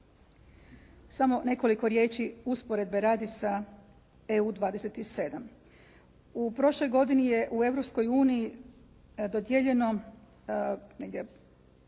Samo nekoliko riječi usporedbe radi sa EU 27. U prošloj godini je u Europskoj